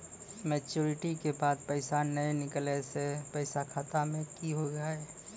Maturity के बाद पैसा नए निकले से पैसा खाता मे की होव हाय?